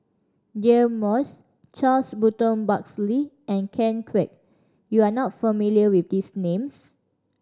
Deirdre Moss Charles Burton Buckley and Ken Kwek you are not familiar with these names